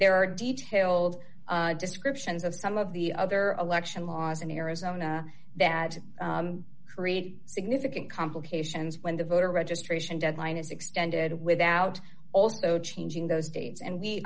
there are detailed descriptions of some of the other election laws in arizona that create significant complications when the voter registration deadline is extended without also changing those dates and we